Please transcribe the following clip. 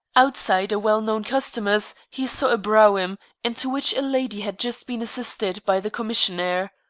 outside a well-known costumer's he saw a brougham, into which a lady had just been assisted by the commissionaire.